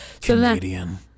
Canadian